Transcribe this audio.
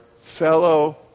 fellow